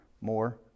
more